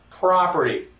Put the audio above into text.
Property